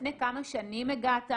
לפני כמה שנים הגעת,